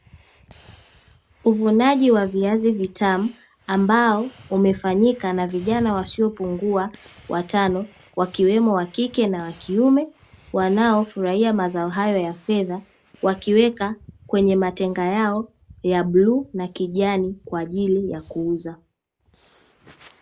Uvunaji wa viazi vitamu ambao umefanyika na vijana wasiopungua watano, wakiwemo wa kike na wa kiume; wanaofurahia mazao hayo ya fedha wakiweka kwenye matenga yao ya bluu na kijani kwa ajili ya kuuza.